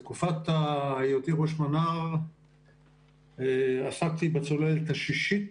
בתקופת היותי ראש מנה"ר עסקתי בצוללת השישית,